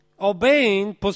obeying